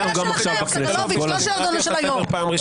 זה שלכם, סגלוביץ', לא שלנו, של היושב-ראש.